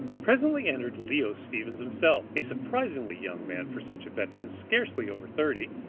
presently entered leo stevens himself, a surprisingly young man for such a veteran, scarcely over thirty,